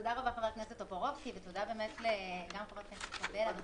תודה רבה ח"כ טופורובסקי ותודה לח"כ קאבלה וח"כ